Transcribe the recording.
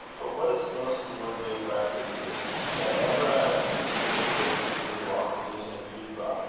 but what is most worthy of record is, that ever as the picture of david grew on the vision of euphra,